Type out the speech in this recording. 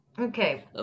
Okay